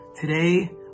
Today